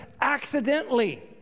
accidentally